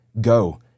Go